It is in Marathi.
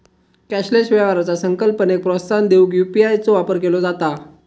कॅशलेस व्यवहाराचा संकल्पनेक प्रोत्साहन देऊक यू.पी.आय चो वापर केला जाता